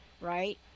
Right